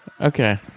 Okay